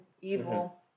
evil